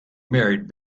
married